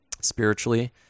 spiritually